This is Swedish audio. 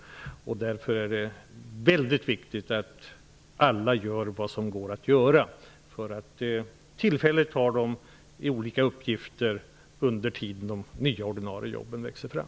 Därför är det väldigt viktigt att alla gör vad som går att göra för att bereda ungdomar tillfälliga uppgifter under tiden som de nya ordinarie jobben växer fram.